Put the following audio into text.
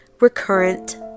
recurrent